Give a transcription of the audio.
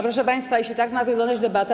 Proszę państwa, jeśli tak ma wyglądać debata.